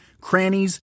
crannies